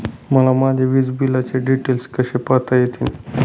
मला माझ्या वीजबिलाचे डिटेल्स कसे पाहता येतील?